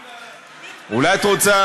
נתפשר על 40%. אולי את רוצה,